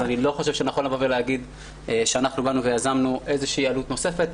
אני חושב שלא נכון להגיד שיזמנו עלות נוספת.